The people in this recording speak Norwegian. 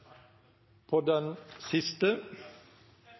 på den